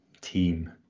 team